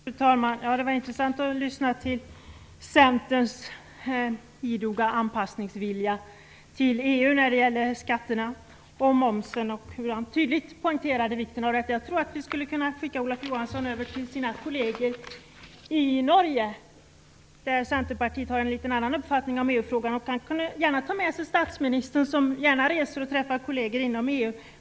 Fru talman! Det var intressant att lyssna till Centerns idoga anpassningsvilja till EU när det gäller skatter och moms, och att höra hur Olof Johansson tydligt poängterade vikten av detta. Jag tror att vi skulle kunna skicka Olof Johansson till kollegerna i Norge. Det norska Senterpartiet har ju en litet annorlunda uppfattning i EU-frågan. Olof Johansson kunde ta med sig statsministern som gärna reser och träffar kolleger inom EU.